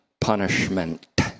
punishment